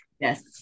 Yes